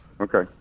Okay